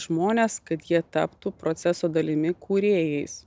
žmones kad jie taptų proceso dalimi kūrėjais